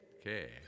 Okay